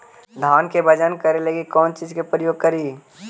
धान के बजन करे लगी कौन चिज के प्रयोग करि?